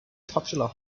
popular